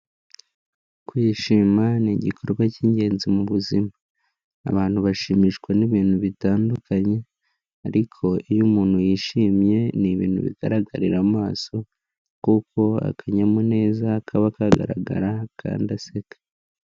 Kwishima ni igikorwa cy'ingenzi mu buzima. Abantu bashimishwa n'ibintu bitandukanye, ariko iyo umuntu yishimye ni ibintu bigaragarira amaso, kuko akanyamuneza kaba kagaragara kandi aseka.